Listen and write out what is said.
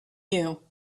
you